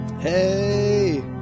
hey